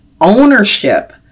ownership